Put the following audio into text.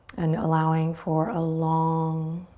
and allowing for a long,